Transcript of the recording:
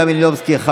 תודה רבה.